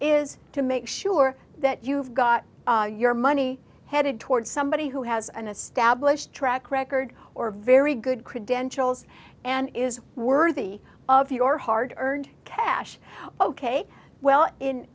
is to make sure that you've got your money headed toward somebody who has an established track record or very good credentials and is worthy of your hard earned cash ok well in